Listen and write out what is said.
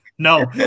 No